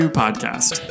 podcast